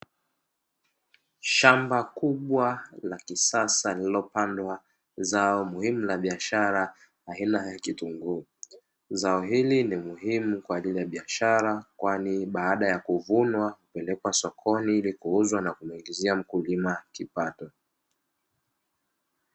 Shamba kubwa la kisasa, lililopandwa zao muhimu la biashara la kitunguu, zao hili ni muhimu kwani baada ya kuvunwa hupelekwa sokoni, ili kuuzwa na kumuingizia mkulima kipato.